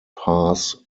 pass